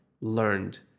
learned